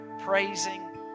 praising